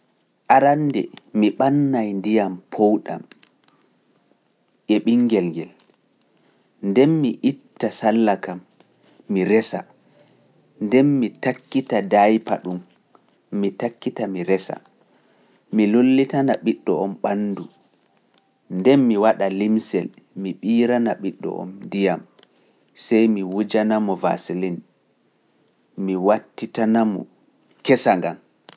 Arannde mi ɓannaay ndiyam powɗam e ɓingel ngel, nden mi itta salla kam, mi resa, nden mi takkita daaypa ɗum, mi takkita mi resa, mi lullitana ɓiɗɗo on ɓanndu, nden mi waɗa limsel, mi ɓiirana ɓiɗɗo on ndiyam, sey mi wujana mo vaaselene, nden mi wattitana mo kesa ngan.